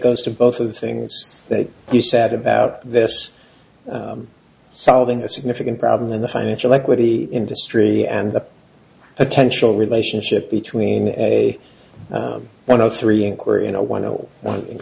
goes to both of the things that you sad about this solving a significant problem in the financial equity industry and the potential relationship between a one of three in